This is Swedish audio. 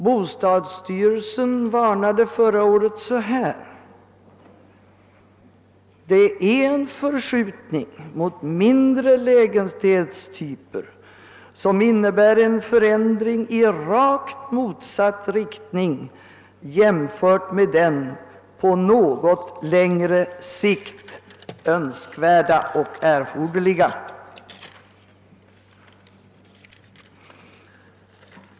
Bostadsstyrelsen varnade förra året så här: Det är en förskjutning mot mindre lägenhetstyper som innebär en förändring i rakt motsatt riktning jämfört med den på något längre sikt önskvärda och erforderliga.